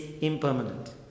impermanent